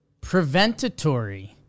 preventatory